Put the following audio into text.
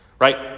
Right